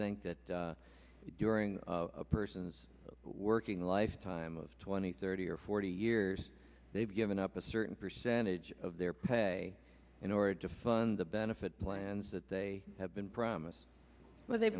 think that during a person's working lifetime of twenty thirty or forty years they've given up a certain percentage of their pay in order to fund the benefit plans that they have been promised when they've